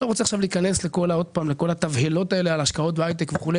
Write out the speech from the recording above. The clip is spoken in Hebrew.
אני לא רוצה להיכנס לכל התבהלות האלו לגבי השקעות בהייטק וכו',